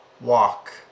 walk